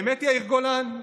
באמת, יאיר גולן?